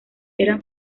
eran